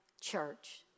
church